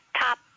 top